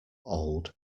old